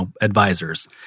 advisors